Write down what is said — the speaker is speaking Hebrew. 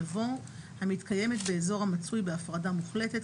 יבוא "המתקיימת באזור המצוי בהפרדה מוחלטת,